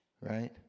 right